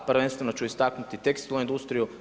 Prvenstveno ću istaknuti tekstilnu industriju.